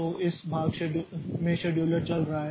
तो इस भाग में शेड्यूलर चल रहा है